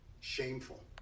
Shameful